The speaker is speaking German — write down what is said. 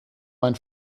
mein